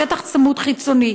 שטח צמוד חיצוני.